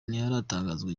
ntiharatangazwa